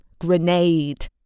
Grenade